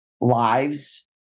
lives